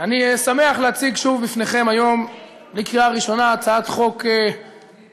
אני שמח להציג שוב בפניכם היום לקריאה ראשונה הצעת חוק בקונסנזוס,